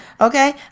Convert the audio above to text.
Okay